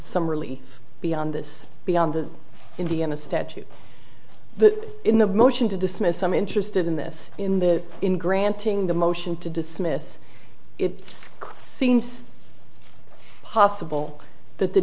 some really beyond this beyond in the in a statute that in the motion to dismiss i'm interested in this in that in granting the motion to dismiss it seems possible that the